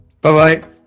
bye-bye